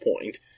point